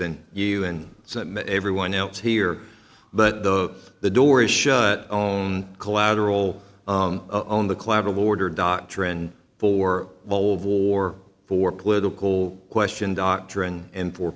than you and everyone else here but the the door is shut own collateral own the collateral border doctrine for bold war for political question doctrine and